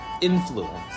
influence